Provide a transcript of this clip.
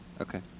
okay